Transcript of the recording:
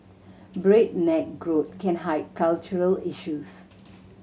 breakneck growth can hide cultural issues